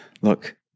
look